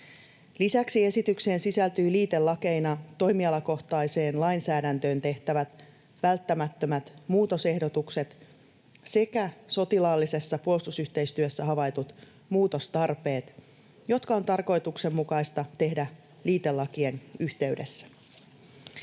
Lisäksi esitykseen sisältyy liitelakeina toimialakohtaiseen lainsäädäntöön tehtävät välttämättömät muutosehdotukset sekä sotilaallisessa puolustusyhteistyössä havaitut muutostarpeet, jotka on tarkoituksenmukaista tehdä liitelakien yhteydessä.